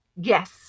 Yes